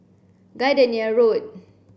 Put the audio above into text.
Gardenia Road